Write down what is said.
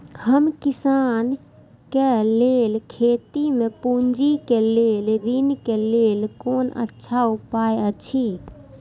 हम किसानके लेल खेती में पुंजी के लेल ऋण के लेल कोन अच्छा उपाय अछि?